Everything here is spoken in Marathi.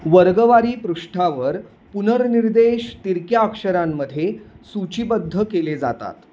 वर्गवारी पृष्ठावर पुनर्निर्देश तिरक्या अक्षरांमध्ये सूचीबद्ध केले जातात